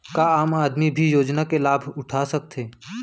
का आम आदमी भी योजना के लाभ उठा सकथे?